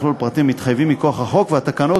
הוא חייב לכלול פרטים המתחייבים מכוח החוק והתקנות